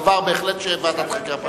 דבר בהחלט של ועדת חקירה פרלמנטרית.